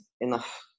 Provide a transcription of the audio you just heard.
enough